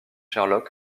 sherlock